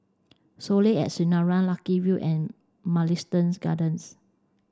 Soleil at Sinaran Lucky View and Mugliston Gardens